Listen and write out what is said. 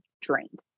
drained